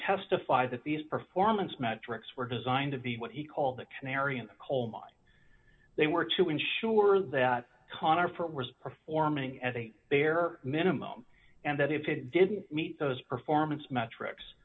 testified that these performance metrics were designed to be what he called the canary in the coal mine they were to ensure that conifer was performing at a bare minimum and that if it didn't meet those performance metrics